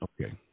Okay